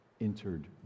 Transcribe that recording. entered